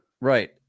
Right